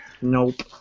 Nope